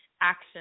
action